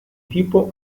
tipo